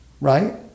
right